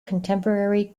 contemporary